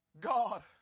God